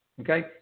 Okay